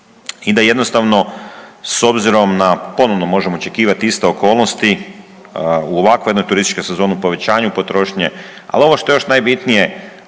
i da jednostavno s obzirom da ponovno možemo očekivati iste okolnosti, ovakvu jednu turističku sezonu, povećanju potrošnje, ali ovo što je još najbitnije,